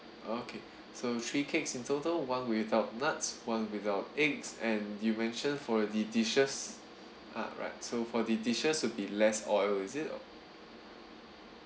okay so three cakes in total one without nuts one without eggs and you mentioned for the dishes ah right so for the dishes would be less oil is it or